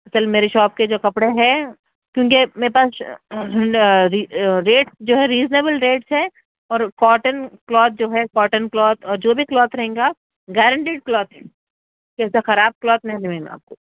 اصل میں میری شاپ کے جو کپڑے ہیں کیونکہ میرے پاس ریٹ جو ہے ریزنیبل ریٹس ہیں اور کاٹن کلاتھ جو ہیں کاٹن کلاتھ اور جو بھی کلاتھ رہیں گا گائرنٹیڈ کلاتھ ہیں کہیں سے خراب کلاتھ نہیں ملے گا آپ کو